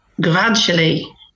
gradually